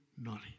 knowledge